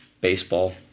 baseball